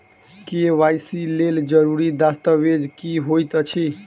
KYC लेल जरूरी दस्तावेज की होइत अछि?